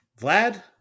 Vlad